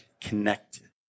connected